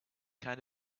kind